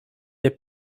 est